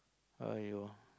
!aiyo!